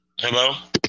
Hello